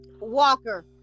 Walker